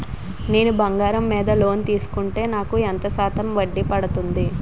నేను బంగారం మీద లోన్ తీసుకుంటే నాకు ఎంత శాతం వడ్డీ పడుతుంది?